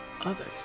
others